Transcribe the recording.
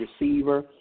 receiver